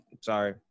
sorry